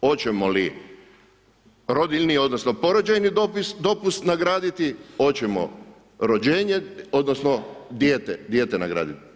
Hoćemo li rodiljni ili porođajni dopust nagraditi, hoćemo rođenje odnosno dijete nagraditi.